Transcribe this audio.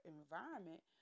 environment